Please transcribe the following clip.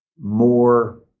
more